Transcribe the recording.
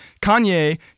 Kanye